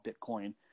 Bitcoin